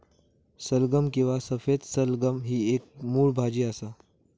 सलगम किंवा सफेद सलगम ही एक मुळ भाजी असा